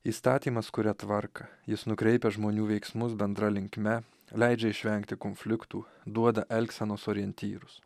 įstatymas kuria tvarką jis nukreipia žmonių veiksmus bendra linkme leidžia išvengti konfliktų duoda elgsenos orientyrus